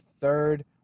third